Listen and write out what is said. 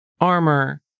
armor